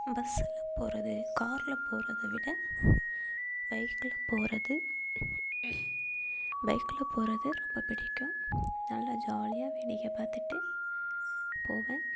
பஸ்ஸுல் போகிறது காரில் போகிறத விட பைக்கில் போகிறது பைக்கில் போகிறது ரொம்ப பிடிக்கும் நல்லா ஜாலியாக வேடிக்கை பார்த்துட்டு போவேன்